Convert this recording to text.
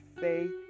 faith